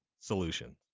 solution